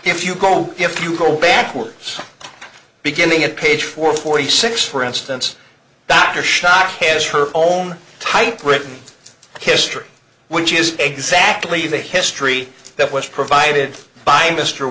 if you go if you go backwards beginning at page four forty six for instance that aftershock has her own typewritten history which is exactly the history that was provided by mr